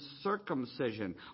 circumcision